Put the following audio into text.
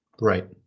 Right